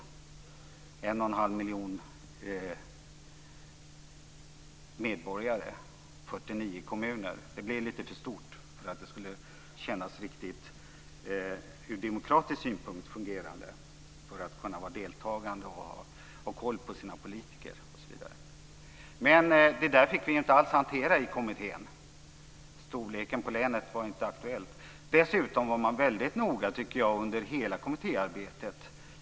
Med en och en halv miljon medborgare och 49 kommuner blir det lite för stort för att från demokratisk synpunkt kännas riktigt fungerande; med tanke på att man ska kunna vara deltagande, ha koll på sina politiker osv. Det där fick vi inte alls hantera i kommittén; storleken på länet var inte aktuell. Dessutom var man, tycker jag, väldigt noga under hela kommittéarbetet.